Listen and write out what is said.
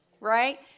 right